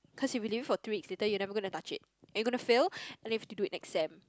cause if you leave it for two weeks later you are never gonna touch it and you gonna fail and you have to do it next sem